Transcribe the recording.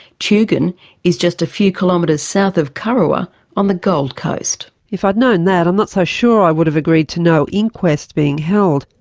tugun is just a few kilometres south of kurrawa on the gold coast. if i'd know and that, i'm not so sure i would have agreed to no inquest being held.